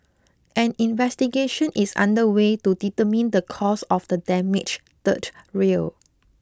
an investigation is under way to determine the cause of the damaged third rail